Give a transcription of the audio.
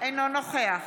אינו נוכח